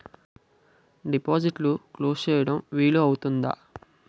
డిపాజిట్లు క్లోజ్ చేయడం వీలు అవుతుందా?